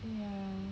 ya